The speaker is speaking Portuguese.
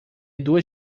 duas